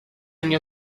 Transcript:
anni